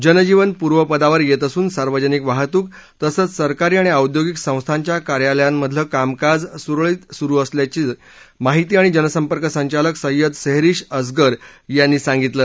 जनजीवन पूर्वपदावर येत असून सार्वजनिक वाहतूक तसंच सरकारी आणि औद्योगिक संस्थांच्या कार्यालयांमधलं कामकाज सुरळीत चालू असल्याचं माहिती आणि जनसंपर्क संचालक सय्यद सेहरिश असगर यांनी सांगितलं